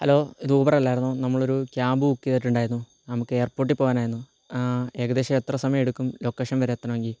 hello ഇത് ഊബറല്ലായിരുന്നോ നമ്മൾ ഒരു ക്യാബ് ബുക്ക് ചെയ്തിട്ടുണ്ടായിരുന്നു നമുക്ക് എയർപ്പോർട്ടീ പോവാനായിരുന്നു ഏകദേശം എത്ര സമയമെടുക്കും ലൊക്കേഷൻ വരെ എത്തണമെങ്കിൽ